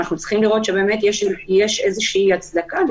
אנחנו צריכים לראות שיש לזה הצדקה,